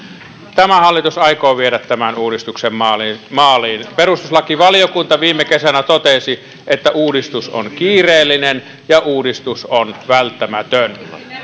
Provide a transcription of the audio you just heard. tämä hallitus aikoo viedä tämän uudistuksen maaliin perustuslakivaliokunta viime kesänä totesi että uudistus on kiireellinen ja uudistus on välttämätön